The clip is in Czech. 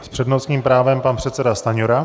S přednostním právem pan předseda Stanjura.